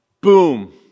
Boom